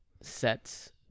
sets